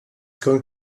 going